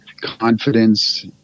confidence